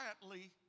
quietly